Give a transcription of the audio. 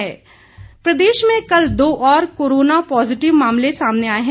corona positive प्रदेश में कल दो और कोरोना पॉजिटिव मामले सामने आए हैं